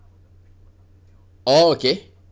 oh okay